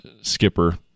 skipper